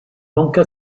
manqua